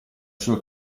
sua